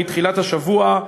מתחילת השבוע,